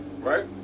Right